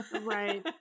right